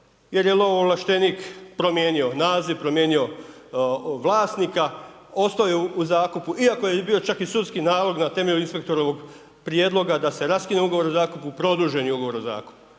jer je lovoovlaštenik promijenio naziv, promijenio vlasnika, ostao je u zakupu iako je bio čak i sudski nalog na temelju inspektorovog prijedloga da se raskine ugovor o zakupu, produžen je ugovor o zakupu.